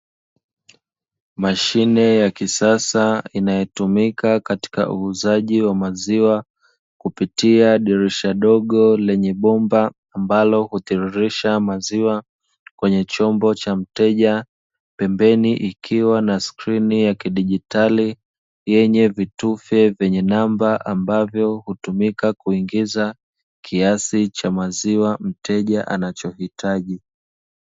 Mashine ya kisasa inayotumika katika uuzaji wa maziwa, kupitia dirisha dogo lenye bomba ambalo hutiririsha maziwa kwenye chombo cha mteja, pembeni ikiwa na skrini ya kidigitari yenye vitufe vyenye namba ambavyo hutumika kuingiza kiasi cha maziwa mteja anachohitaji.